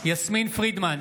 יסמין פרידמן,